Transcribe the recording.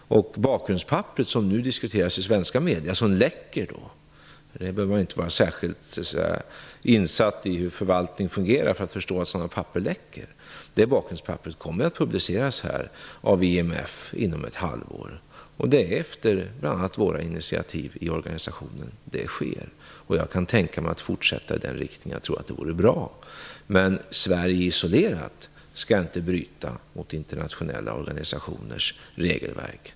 Det bakgrundspapper som nu diskuteras i svenska medier och som har läckt ut - och man behöver inte vara särskilt insatt i hur förvaltningen fungerar för att förstå att sådana läckor förekommer - kommer att publiceras här av IMF inom ett halvår, och det sker efter bl.a. våra initiativ i organisationen. Jag kan tänka mig att fortsätta i den riktningen, eftersom jag tror att det vore bra, men Sverige skall inte isolera sig genom att bryta mot internationella organisationers regelverk.